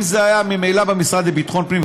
אם זה היה ממילא במשרד לביטחון הפנים,